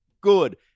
good